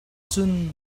cun